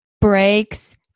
breaks